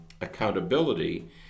accountability